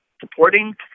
supporting